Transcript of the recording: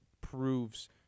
proves